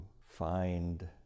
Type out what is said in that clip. find